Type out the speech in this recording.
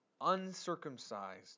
uncircumcised